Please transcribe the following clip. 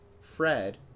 Fred